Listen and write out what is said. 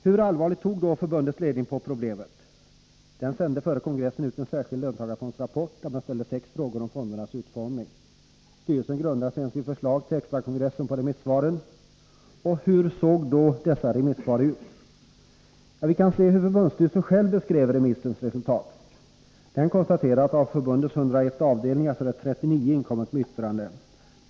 Hur allvarligt tog då förbundets ledning på problemet? Den sände före kongressen ut en särskild löntagarfondsrapport, där man ställde sex frågor om fondernas utformning. Styrelsen grundade sedan sitt förslag till extrakongressen på remissvaren. Och hur såg då dessa remissvar ut? Ja, vi kan se hur förbundsstyrelsen själv beskrev remissens resultat. Förbundsstyrelsen konstaterade att av förbundets 101 avdelningar 39 hade inkommit med yttrande.